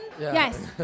yes